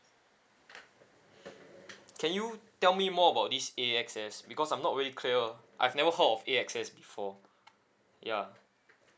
can you tell me more about this A_X_S because I'm not really clear I've never heard of A_X_S before ya